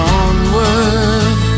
onward